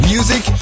Music